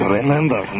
Remember